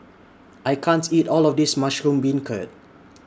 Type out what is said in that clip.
I can't eat All of This Mushroom Beancurd